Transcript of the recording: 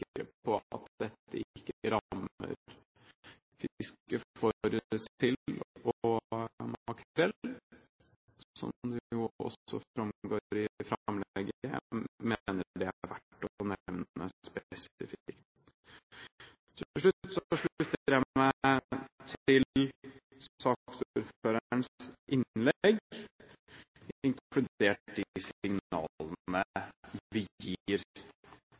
på at dette ikke rammer fiske etter sild og makrell, som det også framgår i framlegget. Jeg mener det er verdt å nevne dette spesifikt. Til slutt: Jeg slutter meg til saksordførerens innlegg,